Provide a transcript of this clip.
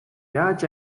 яаж